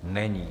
Není.